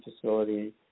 facility